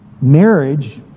marriage